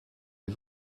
est